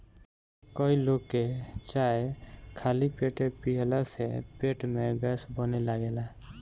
कई लोग के चाय खाली पेटे पियला से पेट में गैस बने लागेला